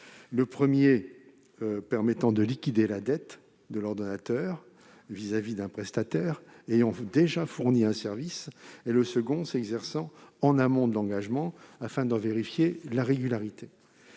Le premier permet de liquider la dette de l'ordonnateur vis-à-vis d'un prestataire ayant déjà fourni un service, tandis que le second s'exerce en amont de l'engagement afin d'en vérifier la régularité.